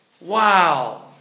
Wow